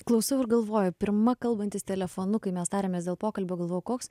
klausau ir galvoju pirma kalbantis telefonu kai mes tariamės dėl pokalbio galvojau koks